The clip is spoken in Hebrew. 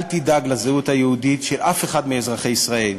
אל תדאג לזהות היהודית של אף אחד מאזרחי ישראל.